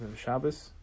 Shabbos